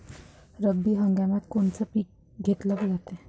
रब्बी हंगामात कोनचं पिक घेतलं जाते?